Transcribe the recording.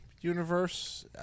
universe